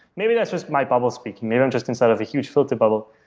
maybe that's just my bubble speaking. maybe in just inside of a huge filter bubble.